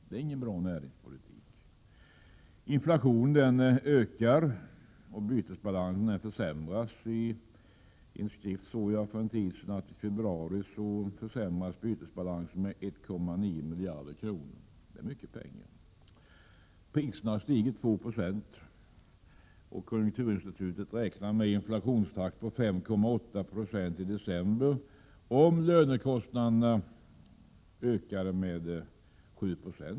Det är ingen bra näringspolitik. Inflationen ökar, och bytesbalansen försämras. Jag såg för en tid sedan i en skrift att bytesbalansen i februari försämrades med 1,9 miljarder. Det är mycket pengar. Priserna har stigit med 2 20. Konjunkturinstitutet räknade i december med en inflationstakt på 5,8 26 om lönekostnaderna ökade med 7 Jo.